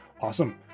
Awesome